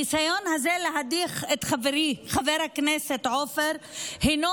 הניסיון הזה להדיח את חברי חבר הכנסת עופר הינו